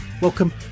Welcome